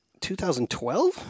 2012